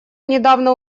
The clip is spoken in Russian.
недавно